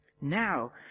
Now